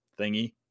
thingy